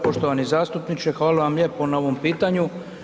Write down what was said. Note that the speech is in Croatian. Poštovani zastupniče, hvala vam lijepo na ovom pitanju.